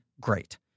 great